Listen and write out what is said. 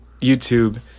YouTube